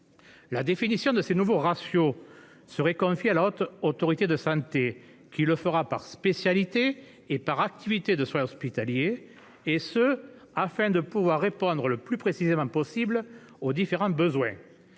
La définition de ces nouveaux ratios serait confiée à la Haute Autorité de santé. Elle les définirait par spécialité et par type d'activité de soin hospitalier, afin de pouvoir répondre le plus précisément possible aux différents besoins.